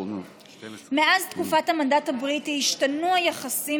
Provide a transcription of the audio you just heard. מאז תקופת המנדט הבריטי השתנו היחסים